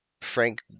Frank